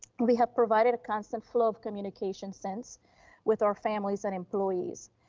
we have provided a constant flow of communication since with our families and employees.